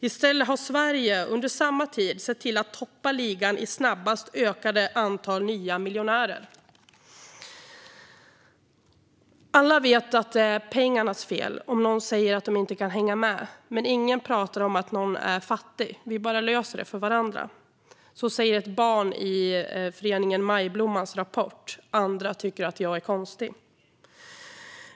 I stället har Sverige under samma tid sett till att toppa ligan i snabbast ökande antal nya miljonärer. "Alla vet att det är pengarnas fel om någon säger att de inte kan hänga med, men ingen pratar om att någon är fattig vi bara löser det för varandra." Så säger ett barn i föreningen Majblommans rapport Andra tycker jag är konstig .